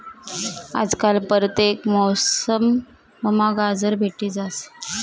आजकाल परतेक मौसममा गाजर भेटी जास